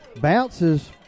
bounces